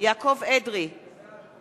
חרדים במסגרת של השירות האזרחי אינה מספקת.